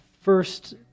first